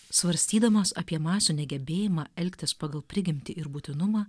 svarstydamas apie masių negebėjimą elgtis pagal prigimtį ir būtinumą